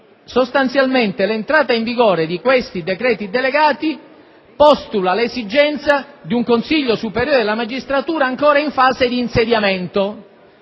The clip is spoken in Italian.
sostanzialmente l'entrata in vigore di questi decreti delegati postula l'esigenza di un Consiglio superiore della magistratura ancora in fase di insediamento.